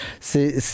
c'est